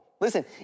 Listen